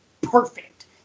perfect